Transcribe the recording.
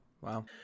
Wow